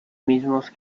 mismos